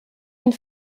une